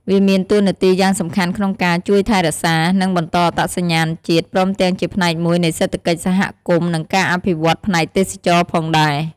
វាមានតួនាទីយ៉ាងសំខាន់ក្នុងការជួយថែរក្សា និងបន្តអត្តសញ្ញាណជាតិ ព្រមទាំងជាផ្នែកមួយនៃសេដ្ឋកិច្ចសហគមន៍ និងការអភិវឌ្ឍន៍ផ្នែកទេសចរណ៍ផងដែរ។